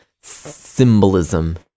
symbolism